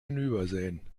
hinübersehen